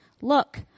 look